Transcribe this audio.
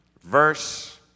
verse